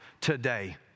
today